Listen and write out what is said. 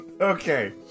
Okay